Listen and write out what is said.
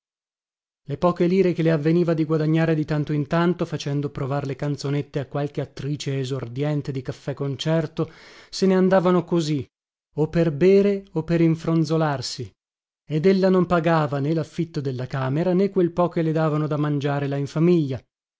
le poche lire che le avveniva di guadagnare di tanto in tanto facendo provar le canzonette a qualche attrice esordiente di caffè-concerto se nandavano così o per bere o per infronzolarsi ed ella non pagava né laffitto della camera né quel po che le davano da mangiare là in famiglia